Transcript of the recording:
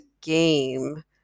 game